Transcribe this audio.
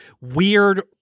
weird